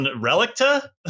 Relicta